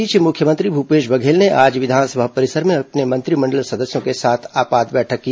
इस बीच मुख्यमंत्री भूपेश बघेल ने आज विधानसभा परिसर में अपने मंत्रिमंडल सदस्यों के साथ आपात बैठक की